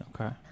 Okay